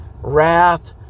wrath